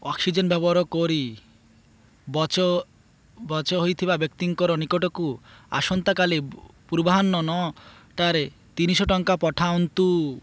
oxygen ବ୍ୟବହାର କରି ବଛା ବଛ ହୋଇଥିବା ବ୍ୟକ୍ତିଙ୍କ ନିକଟକୁ ଆସନ୍ତାକାଲି ପୂର୍ବାହ୍ନ ନଅଟାରେ ତିନିଶହ ଟଙ୍କା ପଠାନ୍ତୁ